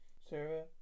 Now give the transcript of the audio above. Sarah